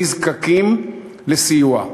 נזקקים לסיוע.